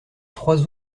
trois